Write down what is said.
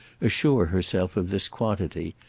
assure herself of this quantity,